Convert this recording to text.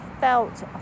felt